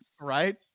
Right